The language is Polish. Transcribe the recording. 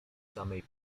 samej